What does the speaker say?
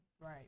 Right